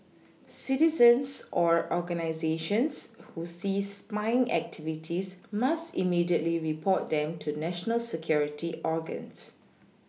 citizens or organisations who see spying activities must immediately report them to national security organs